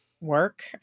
work